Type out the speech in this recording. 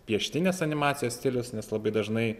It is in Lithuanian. pieštinės animacijos stilius nes labai dažnai